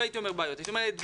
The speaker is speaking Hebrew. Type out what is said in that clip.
לא הייתי אומר בעיות אלא אתגרים,